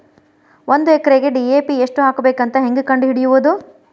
ಒಂದು ಎಕರೆಗೆ ಡಿ.ಎ.ಪಿ ಎಷ್ಟು ಹಾಕಬೇಕಂತ ಹೆಂಗೆ ಕಂಡು ಹಿಡಿಯುವುದು?